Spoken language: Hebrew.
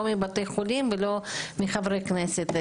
לא מבתי החולים ולא מחברי הכנסת.